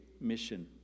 mission